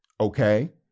Okay